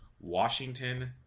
Washington